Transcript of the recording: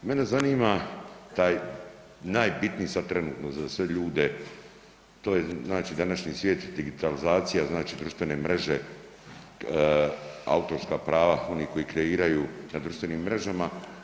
Mene zanima taj najbitniji sad trenutno za sve ljude, to je znači današnji svijet digitalizacija, znači društvene mreže, autorska prava, oni koji kreiraju na društvenim mrežama.